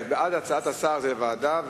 בעד הצעת השר, זה לוועדה.